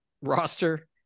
roster